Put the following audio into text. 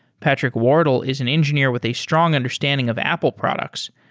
patrick wardle is an engineer with a strong understanding of apple products.